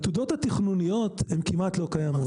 העתודות התכנוניות כמעט לא קיימות.